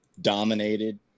dominated